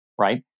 right